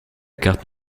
carte